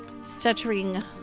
stuttering